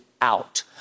out